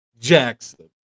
Jackson